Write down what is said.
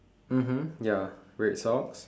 mmhmm ya red socks